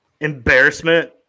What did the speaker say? embarrassment